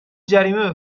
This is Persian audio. جریمه